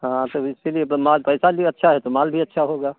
हाँ तब इसीलिए माल पैसा भी अच्छा है तो माल भी अच्छा होगा